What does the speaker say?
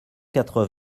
quatre